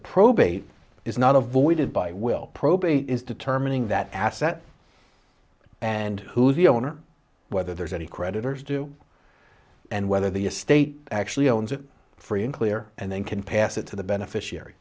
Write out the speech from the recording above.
probate is not avoided by will probate is determining that asset and who's the owner whether there's any creditors do and whether the estate actually owns it free and clear and then can pass it to the beneficiary